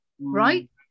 right